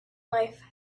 life